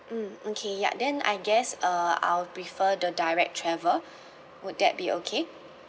mm okay ya then I guess uh I will prefer the direct travel would that be okay